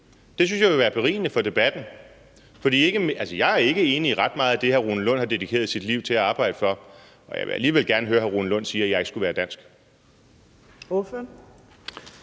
Det synes jeg vil være berigende for debatten. Jeg er ikke enig i ret meget af det, hr. Rune Lund har dedikeret sit liv til at arbejde for, og jeg vil alligevel gerne høre hr. Rune Lund sige, at jeg ikke skulle være dansk.